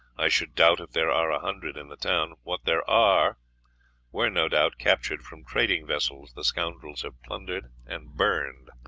i should doubt if there are a hundred in the town. what there are were, no doubt, captured from trading vessels the scoundrels have plundered and burned.